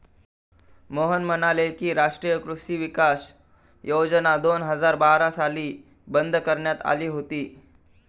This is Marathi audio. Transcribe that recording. मोहन म्हणाले की, राष्ट्रीय कृषी विकास योजना दोन हजार बारा साली बंद करण्यात आली होती